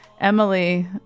Emily